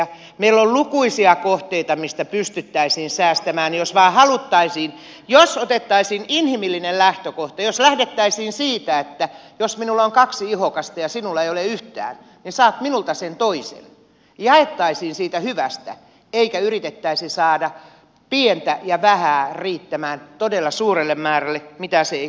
meillä on lukuisia kohteita mistä pystyttäisiin säästämään jos vain haluttaisiin jos otettaisiin inhimillinen lähtökohta jos lähdettäisiin siitä että jos minulla on kaksi ihokasta ja sinulla ei ole yhtään niin saat minulta sen toisen jaettaisiin siitä hyvästä eikä yritettäisi saada pientä ja vähää riittämään todella suurelle määrälle mitä se ei kuitenkaan tee